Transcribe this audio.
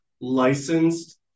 licensed